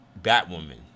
Batwoman